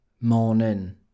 morning